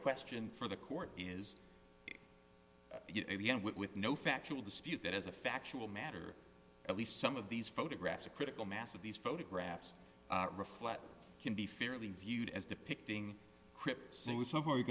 question for the court is with no factual dispute that as a factual matter at least some of these photographs a critical mass of these photographs reflect can be fairly viewed as depicting crip suicide where